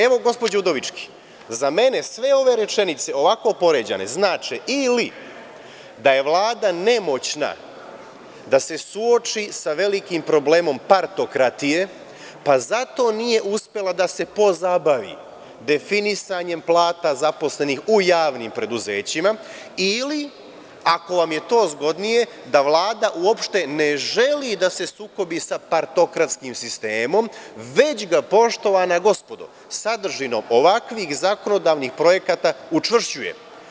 Evo, gospođo Udovički, za mene sve ove rečenice, ovako poređane znače ili da je Vlada nemoćna da se suoči sa velikim problemom partokratije, pa zato nije uspela da se pozabavi definisanjem plata zaposlenih u javnim preduzećima ili, ako vam je to zgodnije, da Vlada uopšte ne želi da se sukobi sa partokratskim sistemom, već ga, poštovana gospodo, sadržinom ovakvih zakonodavnih projekata učvršćuje.